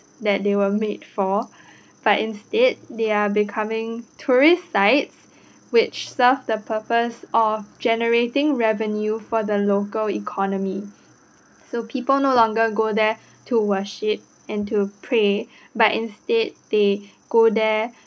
that they were made for but instead they're becoming tourist sites which serve the purpose of generating revenue for the local economy so people no longer go there to worship and to pray but instead they go there